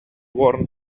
worn